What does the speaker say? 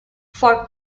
for